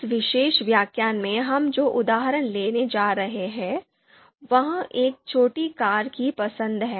इस विशेष व्याख्यान में हम जो उदाहरण लेने जा रहे हैं वह एक छोटी कार की पसंद है